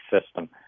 system